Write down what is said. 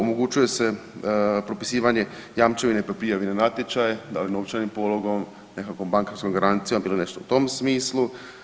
Omogućuje se propisivanje jamčevine na prijavljene natječaje, da li novčanim pologom, nekakvom bankarskom garancijom bilo nešto u tom smislu.